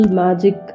magic